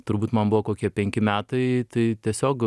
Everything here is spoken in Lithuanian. turbūt man buvo kokie penki metai tai tiesiog